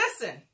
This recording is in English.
listen